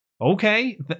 Okay